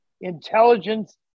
intelligence